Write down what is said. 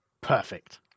Perfect